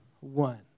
one